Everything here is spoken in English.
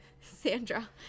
Sandra